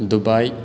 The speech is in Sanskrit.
दुबायि